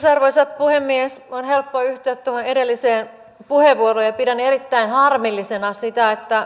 arvoisa puhemies on helppo yhtyä tuohon edelliseen puheenvuoroon pidän erittäin harmillisena sitä